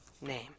name